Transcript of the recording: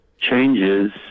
changes